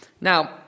Now –